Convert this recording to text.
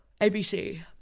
ABC